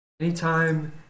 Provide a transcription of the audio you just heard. anytime